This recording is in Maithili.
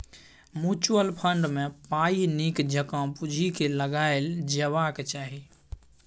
म्युचुअल फंड मे पाइ नीक जकाँ बुझि केँ लगाएल जेबाक चाही